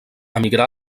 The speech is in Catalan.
emigrà